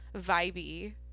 vibey